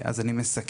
אז אני מסכם: